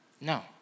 No